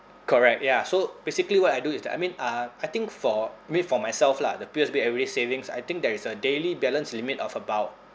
correct ya so basically what I do is that I mean uh I think for me for myself lah the P_O_S_B everyday savings I think there is a daily balance limit of about